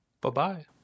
Bye-bye